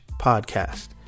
podcast